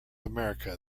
america